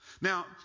Now